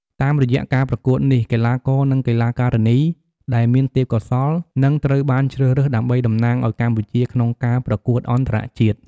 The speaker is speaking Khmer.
តាមរយៈការប្រកួតនេះ កីឡាករនិងកីឡាការិនី ដែលមានទេពកោសល្យនឹងត្រូវបានជ្រើសរើសដើម្បីតំណាងឱ្យកម្ពុជាក្នុងការប្រកួតអន្តរជាតិ។